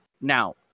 Now